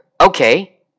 Okay